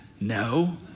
no